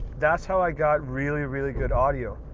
that's how i got really, really good audio.